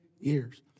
years